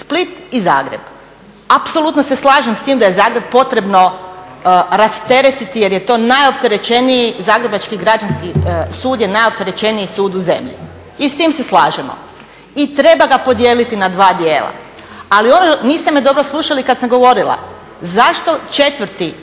Split i Zagreb. Apsolutno se slažem s tim da je Zagreb potrebno rasteretiti jer je to najopterećeniji, Zagrebački građanski sud je najopterećeniji sud u zemlji. I s tim se slažemo. I treba ga podijeliti na dva dijela. Ali niste me dobro slušali kad sam govorila, zašto četvrti,